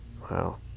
Wow